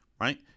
Right